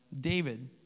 David